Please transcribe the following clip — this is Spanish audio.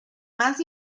más